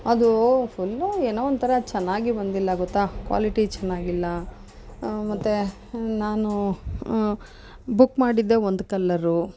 ಅದು ಫುಲ್ಲು ಏನೋ ಒಂಥರ ಚೆನ್ನಾಗಿ ಬಂದಿಲ್ಲ ಗೊತ್ತಾ ಕ್ವಾಲಿಟಿ ಚೆನ್ನಾಗಿಲ್ಲ ಮತ್ತೆ ನಾನು ಬುಕ್ ಮಾಡಿದ್ದೆ ಒಂದು ಕಲ್ಲರು